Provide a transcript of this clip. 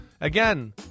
again